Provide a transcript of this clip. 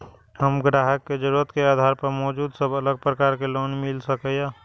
हम ग्राहक के जरुरत के आधार पर मौजूद सब अलग प्रकार के लोन मिल सकये?